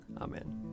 Amen